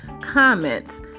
comments